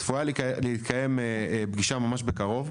צפויה להתקיים פגישה ממש בקרוב.